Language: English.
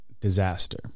disaster